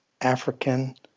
African